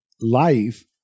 life